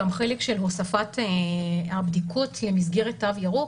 גם החלק של הוספת הבדיקות במסגרת התו הירוק